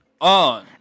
on